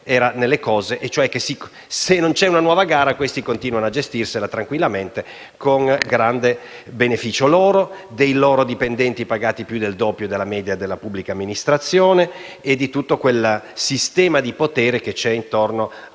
allora nelle cose e cioè, se non c'è una nuova gara, gli attuali concessionari continuano a gestirla tranquillamente, con grande beneficio loro, dei loro dipendenti - pagati più del doppio della media della pubblica amministrazione - e di tutto quel sistema di potere che c'è intorno alla